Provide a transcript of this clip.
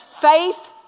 Faith